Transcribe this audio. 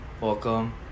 welcome